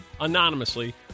anonymously